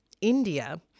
India